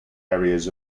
areas